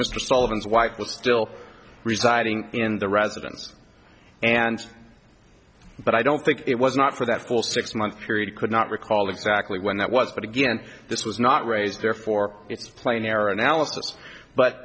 solomon's wife was still residing in the residence and but i don't think it was not for that full six month period could not recall exactly when that was but again this was not raised therefore it's plain error analysis but